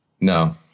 No